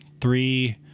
three